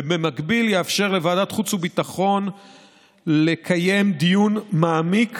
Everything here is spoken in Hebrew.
ובמקביל יאפשר לוועדת חוץ וביטחון לקיים דיון מעמיק